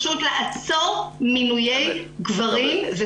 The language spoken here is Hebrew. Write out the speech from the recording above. לעצור מינויי גברים,